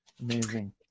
amazing